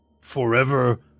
forever